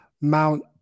Mount